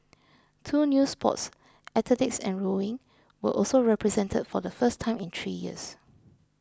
two new sports athletics and rowing were also represented for the first time in three years